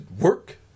work